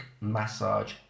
massage